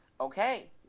okay